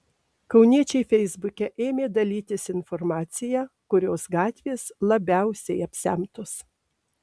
kauniečiai feisbuke ėmė dalytis informacija kurios gatvės labiausiai apsemtos